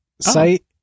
site